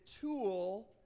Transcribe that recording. tool